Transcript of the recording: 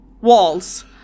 walls